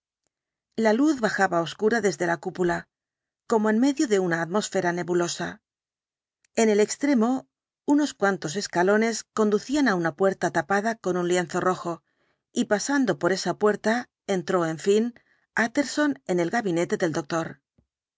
la luz bajaba obscura desde la cúpula como en medio de una atmósfera nebulosa en el extremo unos cuantos escalones conducían á una puerta tapada con un lienzo rojo y pasando por esa puerta entró en fin utterson en el gabinete del doctor